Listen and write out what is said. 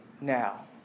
Now